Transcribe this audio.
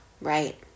Right